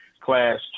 class